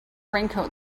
raincoat